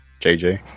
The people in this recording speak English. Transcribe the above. JJ